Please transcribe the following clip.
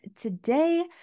today